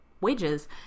wages